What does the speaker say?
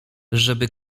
żeby